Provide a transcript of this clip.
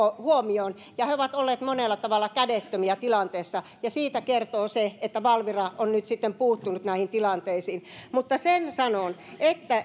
huomioon ja he ovat olleet monella tavalla kädettömiä tilanteessa siitä kertoo se että valvira on nyt sitten puuttunut näihin tilanteisiin mutta sen sanon että